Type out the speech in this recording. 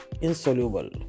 insoluble